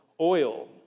oil